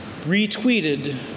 retweeted